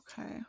Okay